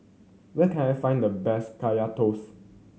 where can I find the best Kaya Toast